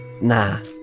Nah